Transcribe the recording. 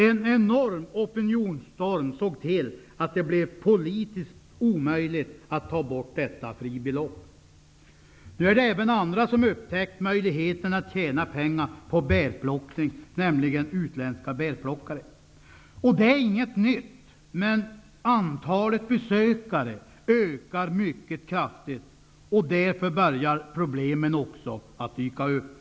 En enorm opinionsstorm såg till att det blev politiskt omöjligt att ta bort detta fribelopp. Nu har även andra upptäckt möjligheten att tjäna pengar på bärplockning, nämligen utländska bärplockare. Det är inte något nytt, men antalet besökare ökar mycket kraftigt. Därför börjar problemen dyka upp.